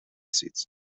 seeds